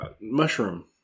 mushroom